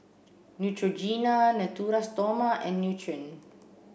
Neutrogena Natura Stoma and Nutren